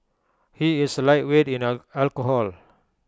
he is A lightweight in A alcohol